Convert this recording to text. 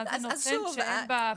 מה זה נותן שאין ב"פתאומי"?